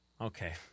Okay